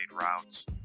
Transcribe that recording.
routes